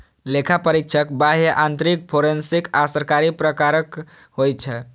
लेखा परीक्षक बाह्य, आंतरिक, फोरेंसिक आ सरकारी प्रकारक होइ छै